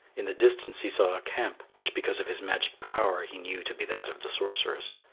in the distance he saw a camp, which because of his magic power he knew to be that of the sorceress.